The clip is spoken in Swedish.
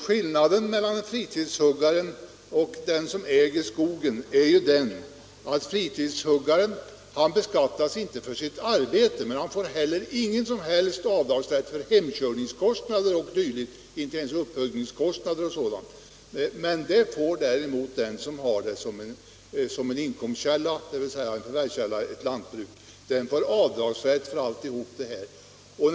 Skillnaden mellan fritidshuggaren och den som äger skogen är att fritidshuggaren inte beskattas för sitt arbete men heller inte får göra några som helst avdrag för hemkörningskostnader o. d., inte ens för upphuggningskostnader och sådant. Det får däremot den som har skogen såsom inkomstkälla, dvs. förvärvskälla i ett lantbruk. Han har avdragsrätt för allt detta.